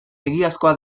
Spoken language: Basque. egiazkoa